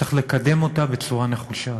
צריך לקדם אותה בצורה נחושה.